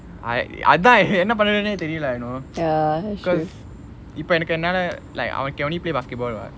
I அதான் என்ன பன்றதுனே தெறியல:athaan enna pandrathune theriyala you know cause இப்போ எனக்கு என்னால:ippo ennaku ennala I can only play basketball [what]